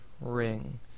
ring